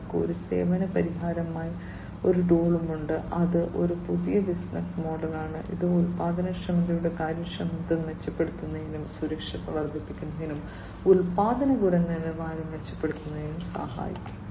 അവർക്ക് ഒരു സേവന പരിഹാരമായി ഒരു ടൂളുമുണ്ട് അത് ഒരു പുതിയ ബിസിനസ്സ് മോഡലാണ് അത് ഉൽപ്പാദനക്ഷമതയുടെ കാര്യക്ഷമത മെച്ചപ്പെടുത്തുന്നതിനും സുരക്ഷ വർദ്ധിപ്പിക്കുന്നതിനും ഉൽപ്പന്ന ഗുണനിലവാരം മെച്ചപ്പെടുത്തുന്നതിനും സഹായിക്കും